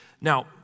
Now